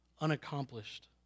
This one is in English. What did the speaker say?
unaccomplished